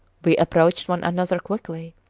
we approached one another quickly.